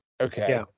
Okay